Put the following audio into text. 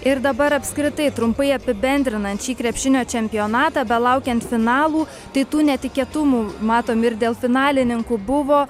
ir dabar apskritai trumpai apibendrinant šį krepšinio čempionatą belaukiant finalų tai tų netikėtumų matom ir dėl finalininkų buvo